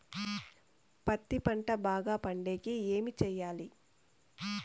పత్తి పంట బాగా పండే కి ఏమి చెయ్యాలి?